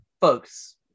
folks